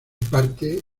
parte